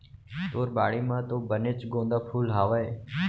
तोर बाड़ी म तो बनेच गोंदा फूल हावय